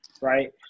right